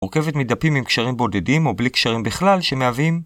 ‫מורכבת מדפים עם קשרים בודדים ‫או בלי קשרים בכלל שמהווים.